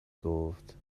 گفت